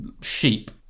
sheep